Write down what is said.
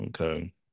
Okay